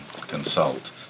consult